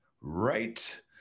right